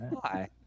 hi